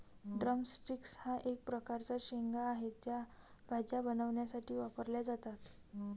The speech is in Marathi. ड्रम स्टिक्स हा एक प्रकारचा शेंगा आहे, त्या भाज्या बनवण्यासाठी वापरल्या जातात